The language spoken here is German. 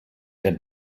der